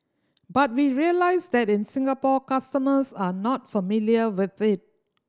but we realise that in Singapore customers are not familiar with it